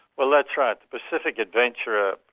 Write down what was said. well that's right. the pacific adventurer